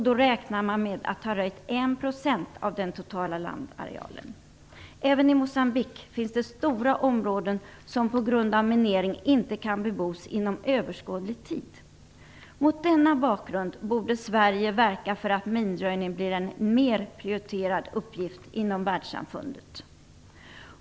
Då räknar man med att ha röjt Även i Moçambique finns det stora områden som på grund av minering inte kan bebos inom överskådlig tid. Mot denna bakgrund borde Sverige verka för att minröjning blir en mer prioriterad uppgift inom världssamfundet.